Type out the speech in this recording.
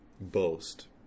boast